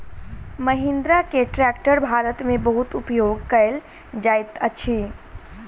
महिंद्रा के ट्रेक्टर भारत में बहुत उपयोग कयल जाइत अछि